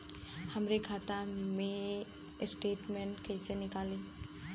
हमरे खाता के स्टेटमेंट कइसे निकली?